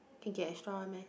can get extra one meh